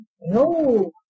No